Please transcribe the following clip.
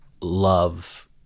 love